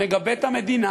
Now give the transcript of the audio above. נגבה את המדינה,